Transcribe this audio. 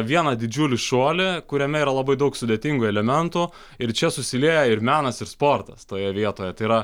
vieną didžiulį šuolį kuriame yra labai daug sudėtingų elementų ir čia susilieja ir menas ir sportas toje vietoje tai yra